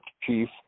chief